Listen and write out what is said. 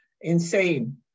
insane